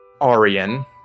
Arian